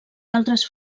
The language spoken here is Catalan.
altres